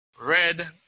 red